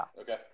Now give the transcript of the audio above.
okay